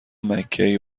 مککی